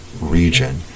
region